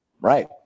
Right